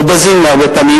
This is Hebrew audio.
או בזים לה הרבה פעמים?